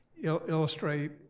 illustrate